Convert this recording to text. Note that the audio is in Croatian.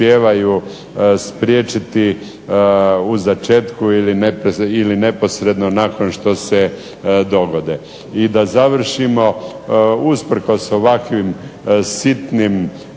spriječiti u začetku ili neposredno nakon što se dogode. I da završimo. Usprkos ovakvim sitnim